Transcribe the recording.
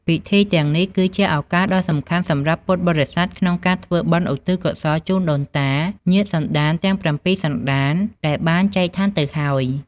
ពិធីទាំងនេះ គឺជាឱកាសដ៏សំខាន់សម្រាប់ពុទ្ធបរិស័ទក្នុងការធ្វើបុណ្យឧទ្ទិសកុសលជូនដូនតា ញាតិសន្តានទាំងប្រាំពីរសន្តានដែលបានចែកឋានទៅហើយ។